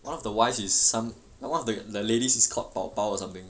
one of the wife is some one of the the ladies is called 宝宝 or something